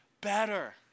better